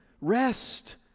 Rest